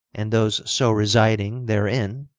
and those so residing therein,